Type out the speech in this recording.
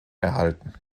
erhalten